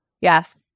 Yes